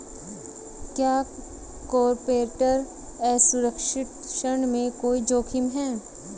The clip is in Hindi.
क्या कॉर्पोरेट असुरक्षित ऋण में कोई जोखिम है?